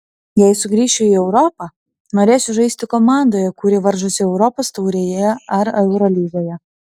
jei sugrįšiu į europą norėsiu žaisti komandoje kuri varžosi europos taurėje ar eurolygoje